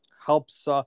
helps